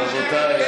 שנאת החינם,